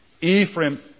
Ephraim